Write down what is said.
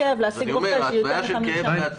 כמו שיש עוד טיפולים אלטרנטיביים שהם במושלם.